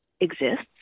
exists